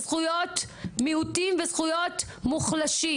בזכויות מיעוטים וזכויות מוחלשים,